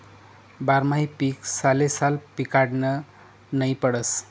बारमाही पीक सालेसाल पिकाडनं नै पडस